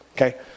Okay